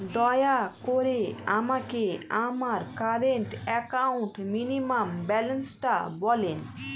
দয়া করে আমাকে আমার কারেন্ট অ্যাকাউন্ট মিনিমাম ব্যালান্সটা বলেন